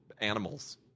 animals